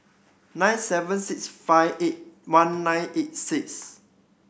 nine seven six five eight one nine eight six